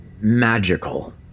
magical